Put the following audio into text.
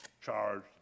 charged